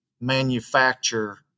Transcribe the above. manufacture